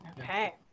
okay